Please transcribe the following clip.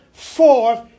forth